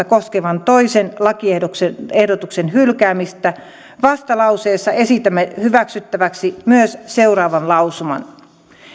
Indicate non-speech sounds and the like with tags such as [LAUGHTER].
[UNINTELLIGIBLE] koskevan toisen lakiehdotuksen hylkäämistä vastalauseessa esitämme hyväksyttävästi myös seuraavan lausuman